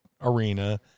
arena